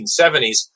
1970s